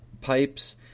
pipes